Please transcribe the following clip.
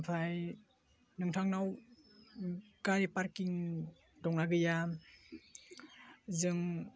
आमफ्राइ नोंथांनाव गारि पार्किं दंना गैया जों